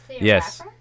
Yes